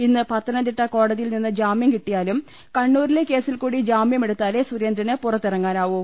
ഇന്ന് പത്ത നംതിട്ട കോടതിയിൽ നിന്ന് ജാമ്യം കിട്ടിയാലും കണ്ണൂരിലെ കേസിൽകൂടി ജാമ്യമെടുത്താലെ സുരേന്ദ്രന് പുറത്തിറങ്ങാനാവൂ